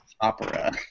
opera